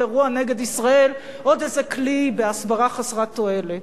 אירוע נגד ישראל עוד איזה כלי בהסברה חסרת תועלת.